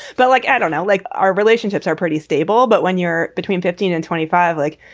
but like i don't know, like our relationships are pretty stable, but when you're between fifteen and twenty five, like,